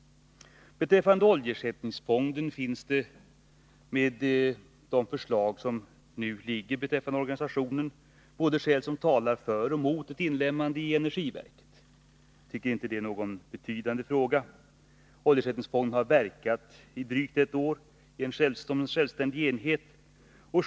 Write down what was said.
Beträffande oljeersättningsfonden finns det, genom de förslag som nu ligger beträffande organisationen, skäl som talar både för och mot ett inlemmande i energiverket. Jag tycker inte att det är någon betydande fråga. Oljeersättningsfonden har verkat i drygt ett år som självständig enhet.